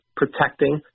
protecting